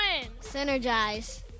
synergize